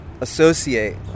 associate